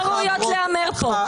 שהן לא ראויות להיאמר פה.